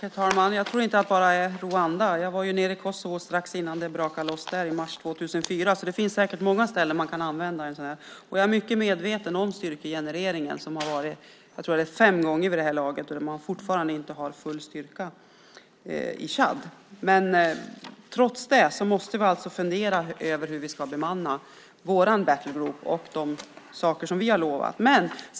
Herr talman! Jag tror inte bara att det handlar om Rwanda. Jag var nere i Kosovo strax innan det brakade loss där år 2004. Det finns säkert många ställen där man kan använda en sådan styrka. Jag är mycket medveten om styrkegenereringen. Jag tror att det vid det här laget har skett fem gånger och att man fortfarande inte har full styrka i Tchad. Trots det måste vi fundera över hur vi ska bemanna vår battlegroup och de saker som vi har lovat.